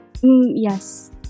Yes